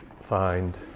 find